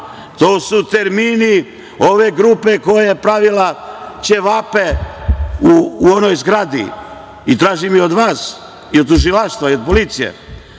To su termini ove grupe koja je pravila ćevape u onoj zgradi. Tražim i od vas i od Tužilaštva da